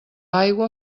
aigua